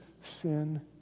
sin